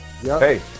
hey